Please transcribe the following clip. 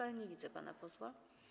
Ale nie widzę pana posła.